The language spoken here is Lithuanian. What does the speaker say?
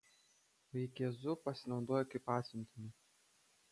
vaikėzu pasinaudojo kaip pasiuntiniu